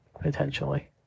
potentially